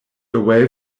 away